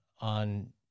on